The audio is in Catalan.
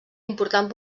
important